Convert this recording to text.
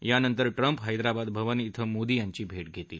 यानंतर ट्रम्प हैदराबाद भवन इथं मोदी यांची भेट घेतील